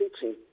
teaching